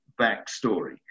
backstory